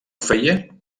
feia